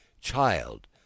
child